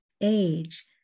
age